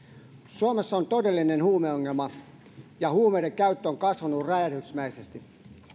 suomessa on todellinen huumeongelma ja huumeiden käyttö on kasvanut räjähdysmäisesti